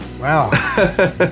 wow